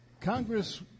Congress